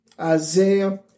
Isaiah